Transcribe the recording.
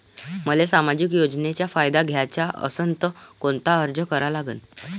मले सामाजिक योजनेचा फायदा घ्याचा असन त कोनता अर्ज करा लागन?